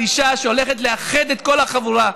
של אישה שהולכת לאחד את כל החבורה.